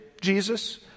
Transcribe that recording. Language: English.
Jesus